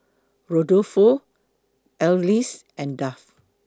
Rudolfo Alease and Duff